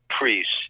priests